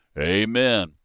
Amen